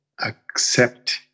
accept